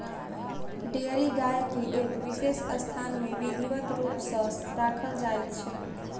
dairy गाय के एक विशेष स्थान मे विधिवत रूप सॅ राखल जाइत छै